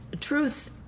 Truth